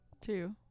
two